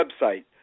website